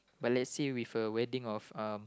but let's say with a wedding of um